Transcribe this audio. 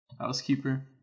Housekeeper